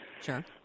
Sure